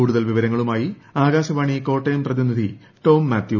കൂടുതൽ വിവരങ്ങളുമായി ആകാശവാണി കോട്ടയം പ്രതിനിധി ടോം മാത്യു